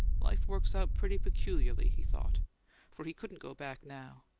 life works out pretty peculiarly, he thought for he couldn't go back now,